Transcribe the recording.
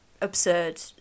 Absurd